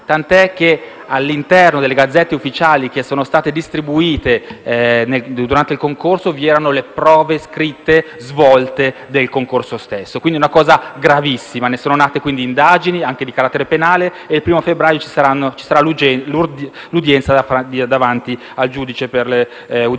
tant'è che all'interno delle *Gazzette Ufficiali* che sono state distribuite durante il concorso vi erano le prove scritte svolte del concorso stesso, una cosa gravissima. Ne sono nate quindi indagini, anche di carattere penale, e il 1° febbraio ci sarà l'udienza davanti al giudice per le indagini